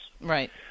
right